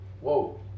Whoa